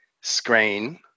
screen